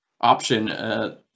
option